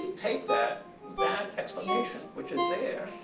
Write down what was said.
take that that explanation, which is there.